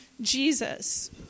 Jesus